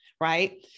right